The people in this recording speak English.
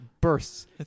bursts